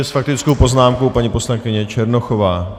S faktickou poznámkou paní poslankyně Černochová.